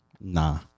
Nah